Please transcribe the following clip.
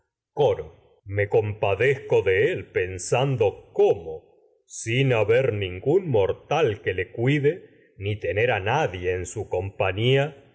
coro ber me compadezco de él pensando cómo sin ha que ningún mortal le cuide ni tener a nadie en su compañía